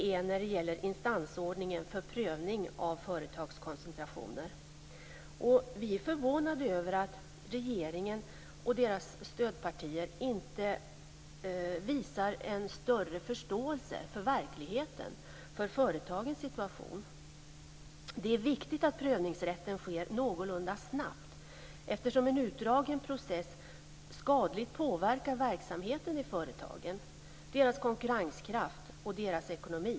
Den gäller instansordningen för prövning av företagskoncentrationer. Vi är förvånade över att regeringen och dess stödpartier inte visar en större förståelse för verkligheten och för företagens situation. Det är viktigt att prövningsrätten sker någorlunda snabbt eftersom en utdragen process skadligt påverkar verksamheten i företagen, deras konkurrenskraft och deras ekonomi.